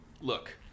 look